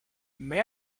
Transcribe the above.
may